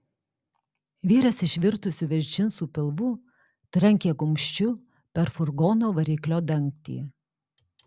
vyras išvirtusiu virš džinsų pilvu trankė kumščiu per furgono variklio dangtį